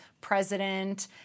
president